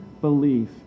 belief